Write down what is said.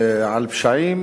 ועל הפשעים